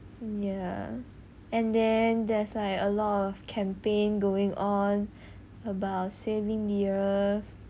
ya and then there's like a lot of campaign going on about saving the earth